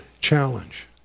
challenge